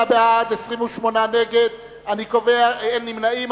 49 בעד, 28 נגד, אין נמנעים.